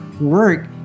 work